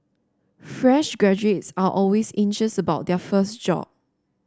fresh graduates are always anxious about their first job